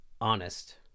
honest